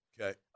Okay